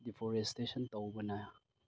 deforestation ꯇꯧꯕꯅ